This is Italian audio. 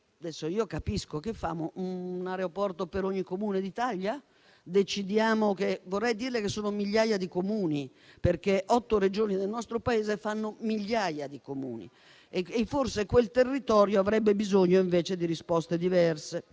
Adesso che facciamo, un aeroporto per ogni Comune d'Italia? Vorrei dirle che sono migliaia i Comuni, perché otto Regioni del nostro Paese fanno migliaia di Comuni; forse quel territorio avrebbe invece bisogno di risposte diverse.